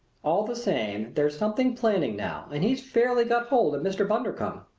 all the same there's something planning now and he's fairly got hold of mr. bundercombe.